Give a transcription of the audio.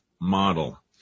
model